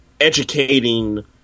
educating